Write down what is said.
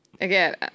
Again